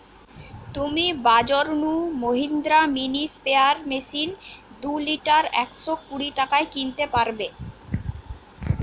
তুমি বাজর নু মহিন্দ্রা মিনি স্প্রেয়ার মেশিন দুই লিটার একশ কুড়ি টাকায় কিনতে পারবে